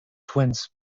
twins